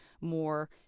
more